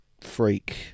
freak